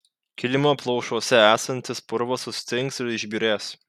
kilimo plaušuose esantis purvas sustings ir išbyrės